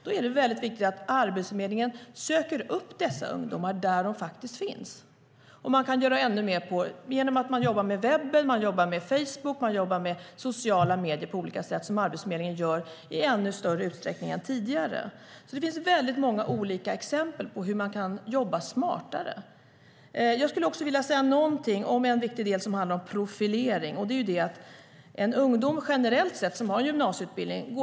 Då är det viktigt att Arbetsförmedlingen söker upp dessa ungdomar där de faktiskt finns. Man kan göra ännu mer genom att man jobbar med webben, med Facebook och med sociala medier på olika sätt som Arbetsförmedlingen gör i ännu större utsträckning än tidigare. Det finns många olika exempel på hur man kan jobba smartare. Jag skulle också vilja säga någonting om en viktig del som handlar om profilering. Generellt sett går det ganska bra för ungdomar som har gymnasieutbildning.